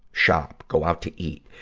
shop, go out to eat.